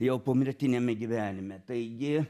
jau pomirtiniame gyvenime taigi